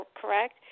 correct